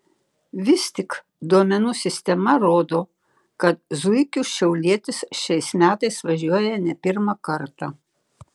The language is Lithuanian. vis tik duomenų sistema rodo kad zuikiu šiaulietis šiais metais važiuoja ne pirmą kartą